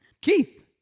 Keith